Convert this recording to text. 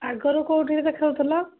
ଆଗରୁ କୋଉଠି କି ଦେଖାଉ ଥିଲ